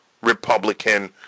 Republican